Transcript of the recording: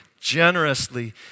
generously